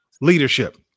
leadership